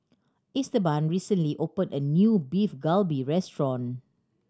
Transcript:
Esteban recently opened a new Beef Galbi Restaurant